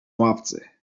ławce